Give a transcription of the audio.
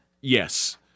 Yes